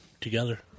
together